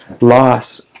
loss